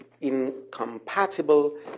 incompatible